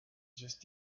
just